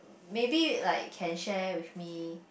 maybe like can share with me